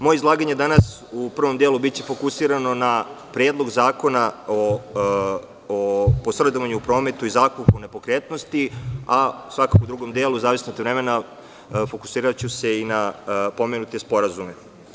Moje izlaganje je danas, u prvom delu, biće fokusirano na Predlog zakona o posredovanju prometu i zakupu nepokretnosti, a u drugom delu, zavisno od vremena, fokusiraću se i na pomenute sporazume.